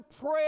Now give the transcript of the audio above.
pray